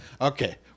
okay